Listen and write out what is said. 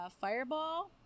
fireball